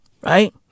Right